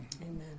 Amen